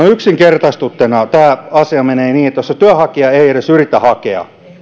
yksinkertaistettuna tämä asia menee niin että jos se työnhakija ei edes yritä hakea